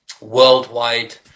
worldwide